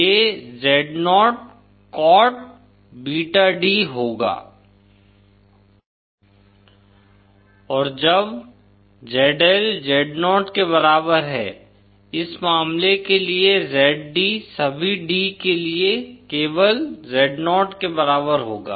Zl Z0 ⇒ Z Z0 for all d और जब ZL Zo के बराबर है इस मामले के लिए Zd सभी d के लिए केवल Zo के बराबर होगा